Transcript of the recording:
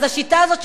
אז השיטה הזאת,